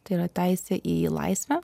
tai yra teisę į laisvę